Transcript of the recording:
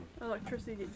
electricity